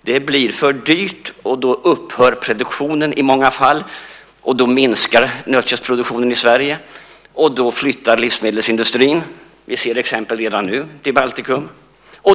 Det blir för dyrt, och då upphör produktionen i många fall. Då minskar nötköttsproduktionen i Sverige, och då flyttar livsmedelsindustrin till Baltikum. Vi ser exempel på det redan nu.